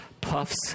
puffs